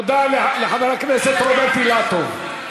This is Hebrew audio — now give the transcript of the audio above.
תודה לחבר הכנסת רוברט אילטוב.